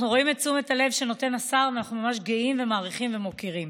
אנחנו רואים את תשומת הלב שנותן השר ואנחנו ממש גאים ומעריכים ומוקירים.